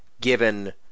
given